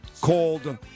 called